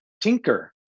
tinker